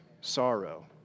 sorrow